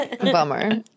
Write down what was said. Bummer